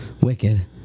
wicked